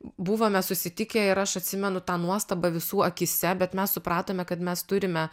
buvome susitikę ir aš atsimenu tą nuostabą visų akyse bet mes supratome kad mes turime